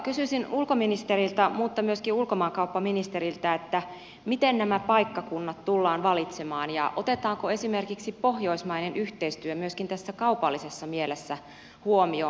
kysyisin ulkoministeriltä mutta myöskin ulkomaankauppaministeriltä miten nämä paikkakunnat tullaan valitsemaan ja otetaanko esimerkiksi pohjoismainen yhteistyö myöskin tässä kaupallisessa mielessä huomioon